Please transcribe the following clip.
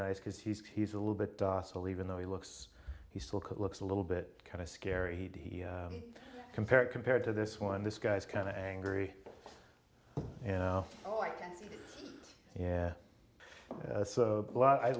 nice because he's he's a little bit docile even though he looks he still could looks a little bit kind of scary he compared compared to this one this guy's kind of angry and yeah so